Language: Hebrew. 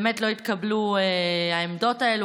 באמת לא התקבלו העמדות האלה,